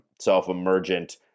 self-emergent